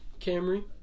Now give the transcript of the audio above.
Camry